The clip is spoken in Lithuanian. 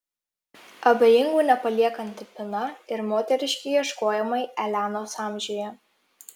abejingų nepaliekanti pina ir moteriški ieškojimai elenos amžiuje